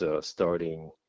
starting